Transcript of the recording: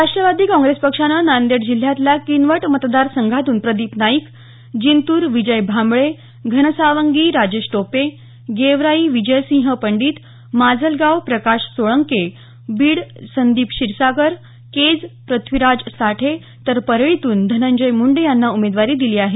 राष्ट्रवादी काँग्रेस पक्षानं नांदेड जिल्ह्यातल्या किनवट मतदारसंघातून प्रदीप नाईक जिंतूर विजय भांबळे घनसावंगी राजेश टोपे गेवराई विजयसिंह पंडित माजलगाव प्रकाश सोळंके बीड संदीप क्षीरसागर केज प्रथ्वीराज साठे तर परळीतून धनंजय मुंडे यांना उमेदवारी दिली आहे